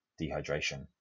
dehydration